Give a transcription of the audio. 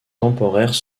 temporaires